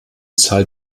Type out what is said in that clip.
zahl